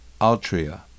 Altria